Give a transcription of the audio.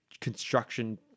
construction